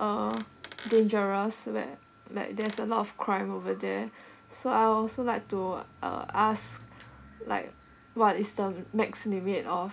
uh dangerous where like there's a lot of crime over there so I also like to uh ask like what is the max limit of